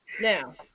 Now